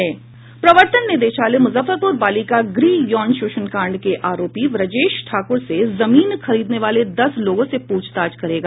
प्रवर्तन निदेशालय मुजफ्फरपुर बालिका गृह यौन शोषण कांड के आरोपी ब्रजेश ठाकुर से जमीन खरीदने वाले दस लोगों से पूछताछ करेगा